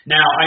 Now